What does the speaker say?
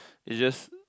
it's just